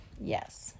Yes